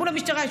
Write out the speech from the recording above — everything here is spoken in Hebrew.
מול המשטרה.